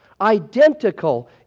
identical